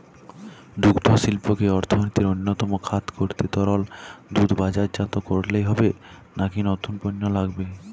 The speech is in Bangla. দুগ্ধশিল্পকে অর্থনীতির অন্যতম খাত করতে তরল দুধ বাজারজাত করলেই হবে নাকি নতুন পণ্য লাগবে?